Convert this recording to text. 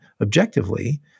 objectively